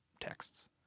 texts